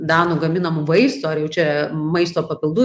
danų gaminamų vaistų ar jau čia maisto papildų